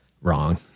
wrong